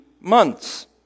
months